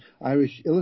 Irish